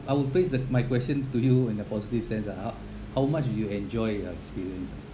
I would place the my question to you in the positive sense ah ah how how much do you enjoy your experience